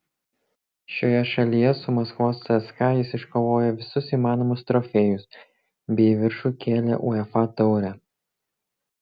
šioje šalyje su maskvos cska jis iškovojo visus įmanomus trofėjus bei į viršų kėlė uefa taurę